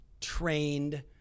trained